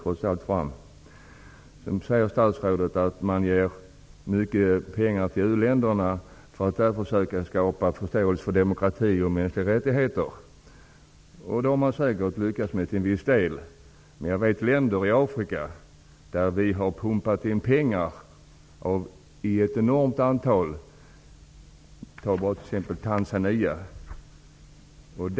Statsrådet säger att man ger mycket pengar till uländerna för att där försöka skapa förståelse för demokrati och mänskliga rättigheter. Det har man säkert lyckats med till en viss del. Men jag vet länder i Afrika där vi har pumpat in pengar i enorma mängder. Ta bara Tanzania t.ex.